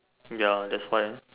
ya that's why